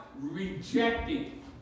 rejecting